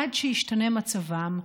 עד שישתנה מצבם,